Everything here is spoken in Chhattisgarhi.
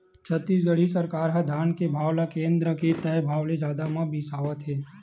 छत्तीसगढ़ सरकार ह धान के भाव ल केन्द्र के तय भाव ले जादा म बिसावत हे